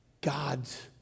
God's